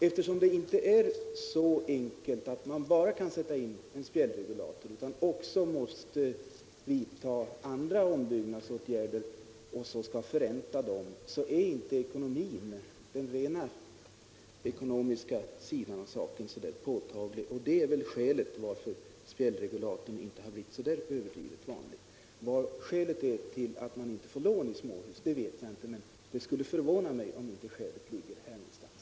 Eftersom det inte är så enkelt att man bara kan sätta in en spjällregulator utan man också måste vidta andra ombyggnadsåtgärder och förränta dem, är inte den ekonomiska sidan av saken påtagligt gynnsam. Det är för modligen anledningen till att spjällregulatorn inte blivit särskilt vanlig. Vad skälet är till att det inte lämnas lån till sådana installationer i småhus vet jag inte, men det skulle inte förvåna mig om det har med de här förhållandena att göra.